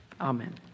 Amen